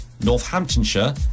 northamptonshire